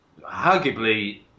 arguably